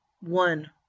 one